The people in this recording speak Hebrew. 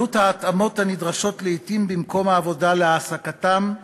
עלות ההתאמות הנדרשות לעתים במקום העבודה להעסקתם,